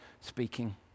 speaking